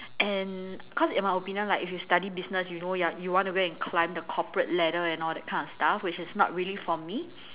and cause in my opinion like if you study business you know you're you want to go and climb the corporate ladder and all that kind of stuff which is not really for me